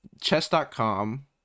chess.com